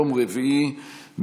יום רביעי,